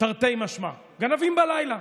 תרתי משמע, גנבים בלילה